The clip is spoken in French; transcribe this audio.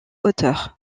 auteur